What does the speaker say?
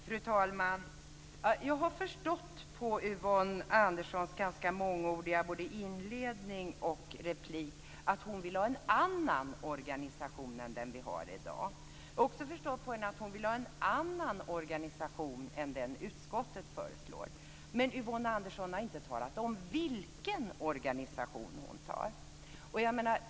Fru talman! Jag har förstått på Yvonne Anderssons ganska mångordiga inledning och replik att hon vill ha en annan organisation än den vi har i dag. Jag har också förstått på henne att hon vill ha en annan organisation än den utskottet föreslår. Men Yvonne Andersson har inte talat om vilken organisation hon vill ha.